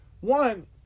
one